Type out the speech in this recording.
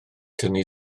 tynnu